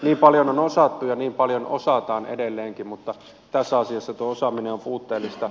niin paljon on osattu ja niin paljon osataan edelleenkin mutta tässä asiassa tuo osaaminen on puutteellista